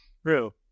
True